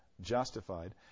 justified